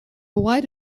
white